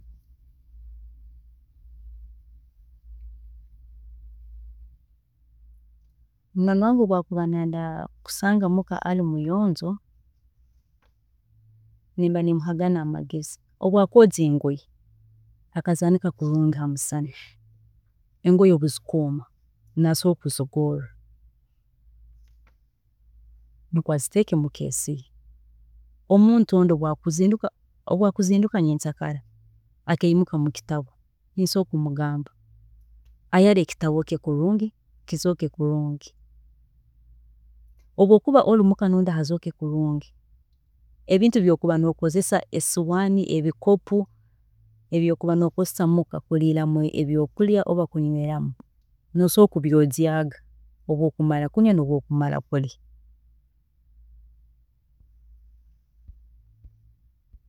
Omwaana wange obu akuba nayenda kwesanga muka ari muyonjo, nimba nimuha ganu amagezi, obu akwojya, akazaanika kulungi hamusana, engoye obu zikumara kwooma, nasobola kuzigoorra, nikwe aziteeke mu case ye, omuntu onu obu akuzinduka nyenkyakara akeimuka mukitabu osobola kumugamba ayare kulungi ekitabu kye kulungi, kizooke kulungi, obu okuba ori muka noyenda hazooke kulung, ebintu ebi okuba nokozesa nkesahaani, ebikopo, ebi okuba nokozesa muka kuriiramu ebyokurya rundi ebyokunywa, osobola kubyojyaamu obu okumara kunywa nobu okumara kurya